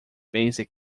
basic